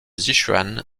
sichuan